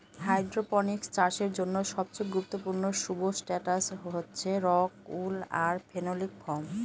hydroponics চাষের জন্য সবচেয়ে গুরুত্বপূর্ণ সুবস্ট্রাটাস হচ্ছে রক উল আর ফেনোলিক ফোম